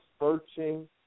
searching